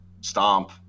stomp